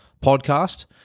podcast